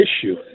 issue